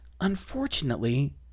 Unfortunately